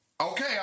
Okay